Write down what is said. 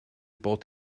bod